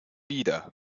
wieder